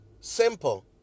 simple